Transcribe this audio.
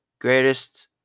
Greatest